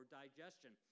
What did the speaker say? digestion